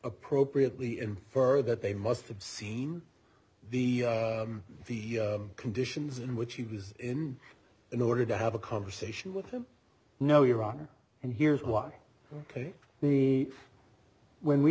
appropriately infer that they must have seen the conditions in which he was in in order to have a conversation with him no your honor and here's why ok the when we